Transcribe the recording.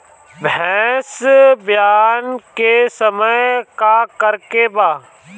भैंस ब्यान के समय का करेके बा?